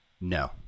No